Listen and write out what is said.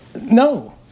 No